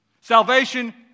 Salvation